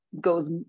goes